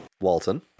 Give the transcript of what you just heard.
Walton